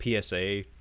PSA